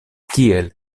kiel